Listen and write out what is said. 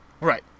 Right